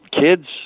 kids